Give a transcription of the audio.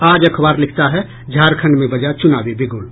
आज अखबार लिखता है झारखण्ड में बजा चुनावी बिगुल